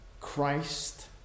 Christ